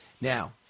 Now